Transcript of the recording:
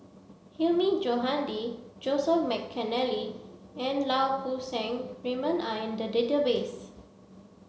Hilmi Johandi Joseph Mcnally and Lau Poo Seng Raymond are in the database